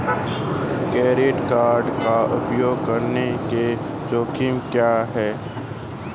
Credit card का उपयोग करने के जोखिम क्या हैं?